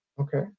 Okay